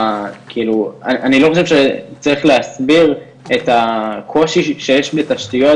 אני לא חושב שצריך להסביר את הקושי שיש בתשתיות